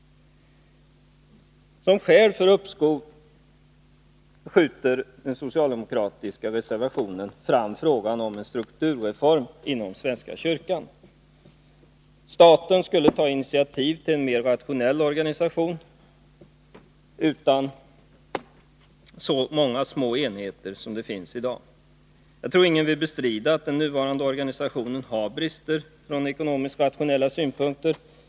Som skäl för ett uppskov skjuter de socialdemokratiska reservanterna också fram frågan om en strukturreform inom svenska kyrkan. Staten skulle tainitiativ till en mera rationell organisation, utan så många små enheter som det finns i dag. Jag tror inte att någon vill bestrida att den nuvarande organisationen har brister, från ekonomiskt rationella synpunkter.